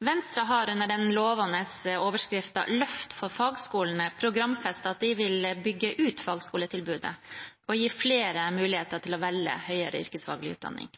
Venstre har under den lovende overskriften «Løft for fagskolene» programfestet at de vil bygge ut fagskoletilbudet og gi flere mulighet til å velge høyere yrkesfaglig utdanning.